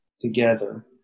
together